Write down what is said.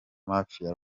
mafia